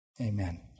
Amen